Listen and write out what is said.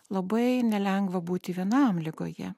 labai nelengva būti vienam ligoje